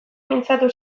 mintzatu